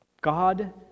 God